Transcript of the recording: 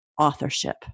authorship